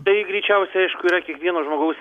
tai greičiausia aišku yra kiekvieno žmogaus